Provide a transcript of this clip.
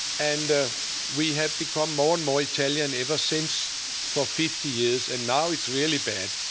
and ah we have become more and more italian ever since for fifty years, and now it's really bad.